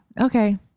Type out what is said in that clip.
Okay